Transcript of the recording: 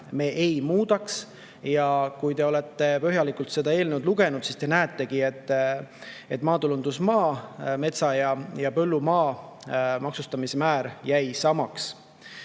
ei muudaks. Ja kui te olete põhjalikult seda eelnõu lugenud, siis te näetegi, et maatulundusmaa ehk metsa- ja põllumaa maksustamise määr jäi samaks.